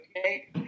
Okay